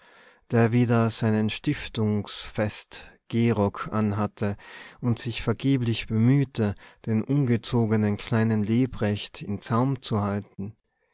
der wieder seinen stiftungsfestgehrock anhatte und sich vergeblich bemühte den ungezogenen kleinen lebrecht im zaum zu halten